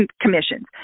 commissions